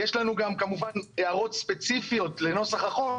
יש לנו גם כמובן הערות ספציפיות לנוסח החוק,